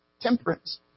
temperance